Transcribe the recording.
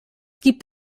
gibt